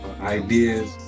ideas